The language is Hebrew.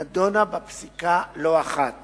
נדונה בפסיקה לא אחת